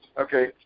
Okay